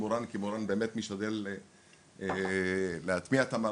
מורן כי מורן באמת משתדל להטמיע את המערכת,